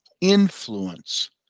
influence